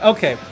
Okay